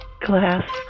Glass